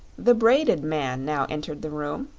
the braided man now entered the room,